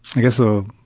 like so,